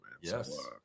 Yes